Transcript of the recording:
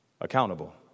accountable